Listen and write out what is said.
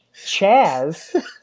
Chaz